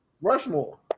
Rushmore